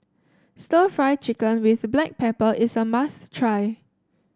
stir Fry Chicken with Black Pepper is a must try